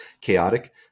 chaotic